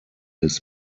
his